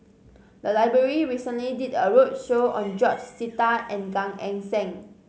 the library recently did a roadshow on George Sita and Gan Eng Seng